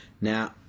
Now